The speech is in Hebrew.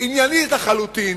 עניינית לחלוטין.